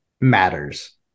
matters